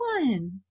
one